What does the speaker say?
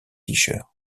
fischer